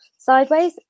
sideways